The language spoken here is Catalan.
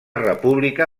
república